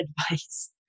advice